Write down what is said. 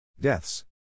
Deaths